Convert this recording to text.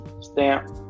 Stamp